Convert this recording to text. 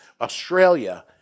Australia